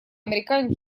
американец